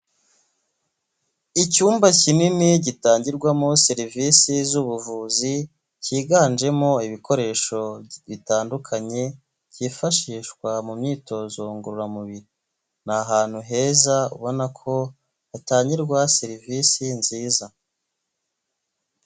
Icyumba kinini gitangirwamo serivisi z'ubuvuzi cyiganjemo ibikoresho bitandukanye byifashishwa mu myitozo ngororamubiri ni ahantu heza ubona ko hatangirwa serivisi nziza.